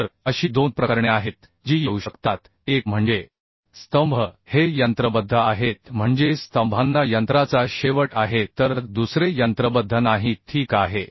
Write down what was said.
तर अशी दोन प्रकरणे आहेत जी येऊ शकतात एक म्हणजे स्तंभ हे यंत्रबद्ध आहेत म्हणजे स्तंभांना यंत्राचा शेवट आहे तर दुसरे यंत्रबद्ध नाही ठीक आहे